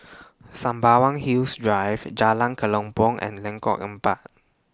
Sembawang Hills Drive Jalan Kelempong and Lengkok Empat